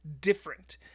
different